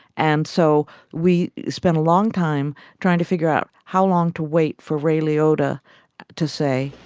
and so we spent a long time trying to figure out how long to wait for ray liotta to say,